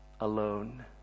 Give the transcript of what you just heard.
alone